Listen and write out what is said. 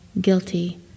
guilty